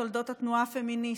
בתולדות התנועה הפמיניסטית,